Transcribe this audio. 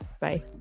Bye